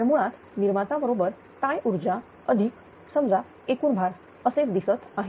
तर मुळात निर्माता बरोबर टाय ऊर्जा अधिक समजा एकूण भार असेच दिसत आहे